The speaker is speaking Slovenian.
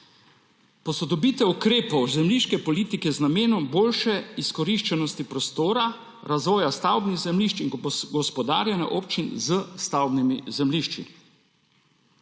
Posodobitev ukrepov zemljiške politike z namenom boljše izkoriščenosti prostora, razvoja stavbnih zemljišč in gospodarjenja občin s stavbnimi zemljišči.